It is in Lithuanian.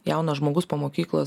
jaunas žmogus po mokyklos